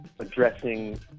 Addressing